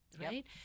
right